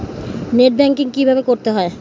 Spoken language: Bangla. নেট ব্যাঙ্কিং কীভাবে করতে হয়?